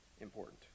important